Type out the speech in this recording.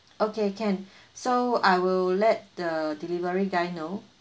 okay can so I will let the delivery guy know